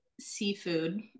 seafood